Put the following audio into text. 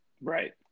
Right